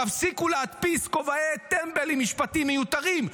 תפסיקו להדפיס כובעי טמבל עם משפטים מיותרים,